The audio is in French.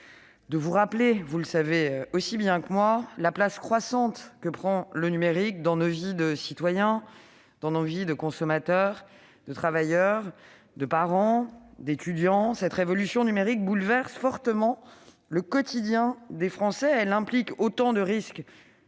de rappeler, vous le savez aussi bien que moi, la place croissante que prend le numérique dans nos vies de citoyens, de consommateurs, de travailleurs, de parents, d'étudiants. Cette révolution numérique bouleverse fortement le quotidien des Français. Elle implique autant de risques